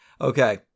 okay